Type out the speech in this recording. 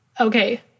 okay